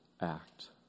act